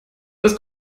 das